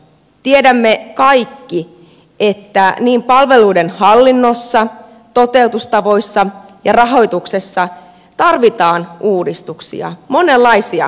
tiedämme kaikki että niin palveluiden hallinnossa toteutustavoissa kuin rahoituksessa tarvitaan uudistuksia monenlaisia uudistuksia